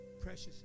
precious